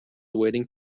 waiting